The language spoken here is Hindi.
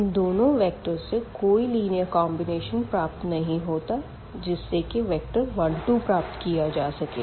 इन दोनों वेक्टर से कोई लिनीयर कॉम्बिनेशन प्राप्त नहीं होता जिससे कि वेक्टर 1 2 प्राप्त किया जा सके